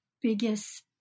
biggest